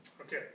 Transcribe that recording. Okay